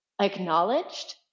acknowledged